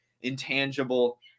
intangible